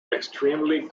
extremely